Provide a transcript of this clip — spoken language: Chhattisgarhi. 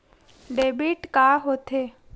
डेबिट का होथे?